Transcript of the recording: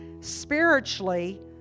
Spiritually